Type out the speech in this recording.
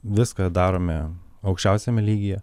viską darome aukščiausiame lygyje